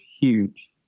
huge